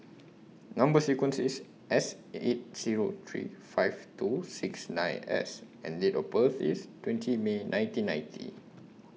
Number sequence IS S eight Zero three five two six nine S and Date of birth IS twenty May nineteen ninety